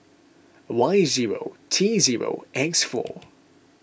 Y zero T zero X four